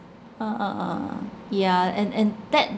ah ah ah ah yeah and and that